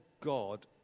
God